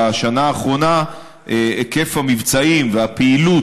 בשנה האחרונה היקף המבצעים והפעילות